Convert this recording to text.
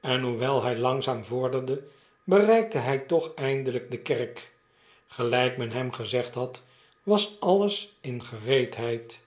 en hoewel hij langzaam vorderde bereikte hij toch eindelijk de kerk gelijk men hem gezegd had was alles in gereedheid